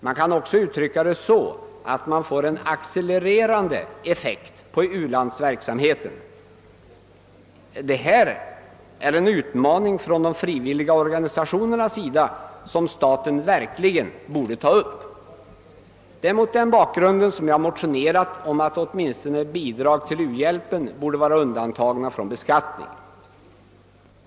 Man kan också uttrycka det så, att man får en accelererande effekt på u-landsverksamheten. Detta är en utmaning från de frivilliga organisationernas sida som staten verkligen borde ta upp. Det är mot den bakgrunden som jag har motionerat om att åtminstone bidrag till u-hjälpen borde vara undantagna från beskattningen.